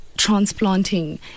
transplanting